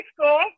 School